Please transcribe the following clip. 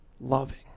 loving